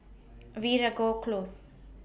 Veeragoo Close